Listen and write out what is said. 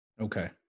Okay